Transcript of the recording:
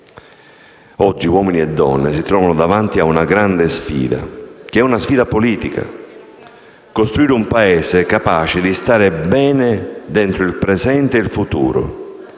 Oggi uomini e donne si trovano davanti a una grande sfida, che è una sfida politica: costruire un Paese capace di stare bene dentro il presente e il futuro;